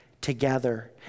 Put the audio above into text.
together